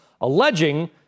alleging